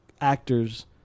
actors